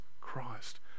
Christ